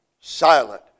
silent